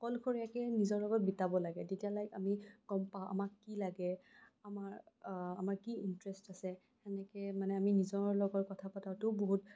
অকলশৰীয়াকে নিজৰ লগত বিতাব লাগে তেতিয়া লাইক আমি গম পাওঁ আমাক কি লাগে আমাৰ আমাৰ কি ইণ্টাৰেষ্ট আছে সেনেকে মানে আমি নিজৰ লগত কথা পতাটোও বহুত